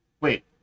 Wait